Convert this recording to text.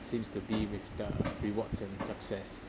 seems to be with the rewards and success